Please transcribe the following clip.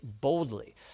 boldly